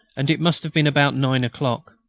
and it must have been about nine o'clock.